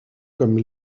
comme